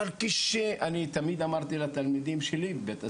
אבל כפי שאני תמיד אמרתי לתלמידים בבית הספר,